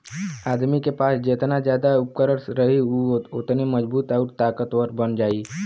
आदमी के पास जेतना जादा उपकरण रही उ ओतने मजबूत आउर ताकतवर बन जाई